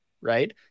right